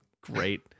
great